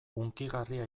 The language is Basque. hunkigarria